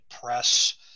press